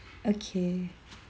okay